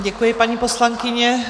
Děkuji, paní poslankyně.